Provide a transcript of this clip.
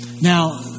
Now